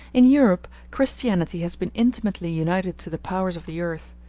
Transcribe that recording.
in europe, christianity has been intimately united to the powers of the earth.